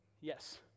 Yes